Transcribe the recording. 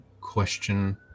question